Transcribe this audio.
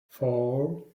four